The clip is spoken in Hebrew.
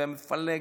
והמפלג,